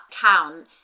count